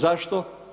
Zašto?